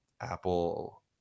Apple